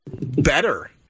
Better